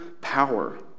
power